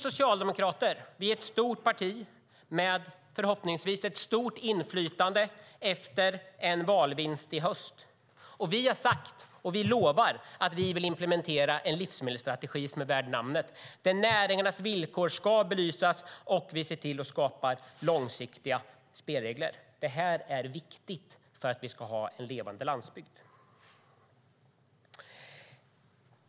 Socialdemokraterna är ett stort parti, med förhoppningsvis ett stort inflytande efter en valvinst i höst. Vi har sagt, och vi lovar, att vi vill implementera en livsmedelsstrategi som är värd namnet, där näringarnas villkor ska belysas och vi ser till att skapa långsiktiga spelregler. Detta är viktigt för att vi ska ha en levande landsbygd.